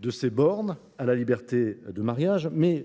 de ces bornes à la liberté du mariage. Cependant,